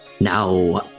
Now